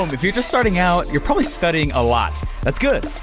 um if you're just starting out, you're probably studying a lot. that's good.